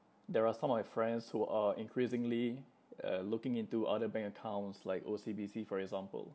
there are some of my friends who are increasingly uh looking into other bank accounts like O_C_B_C for example